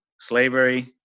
slavery